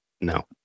No